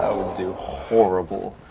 i would do horrible,